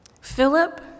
Philip